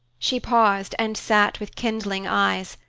she paused and sat with kindling eyes,